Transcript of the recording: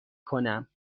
کنم